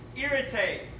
irritate